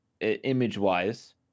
image-wise